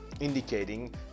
indicating